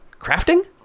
crafting